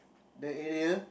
the area